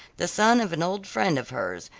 the son of an old friend of hers,